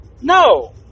no